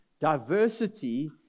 Diversity